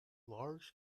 large